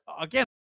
Again